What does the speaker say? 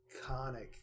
iconic